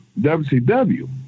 WCW